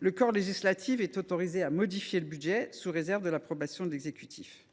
le corps législatif est autorisé à modifier le budget sous réserve de l’approbation de l’exécutif.